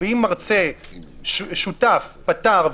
ואם מרצה שותף פתר,